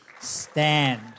stand